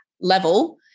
level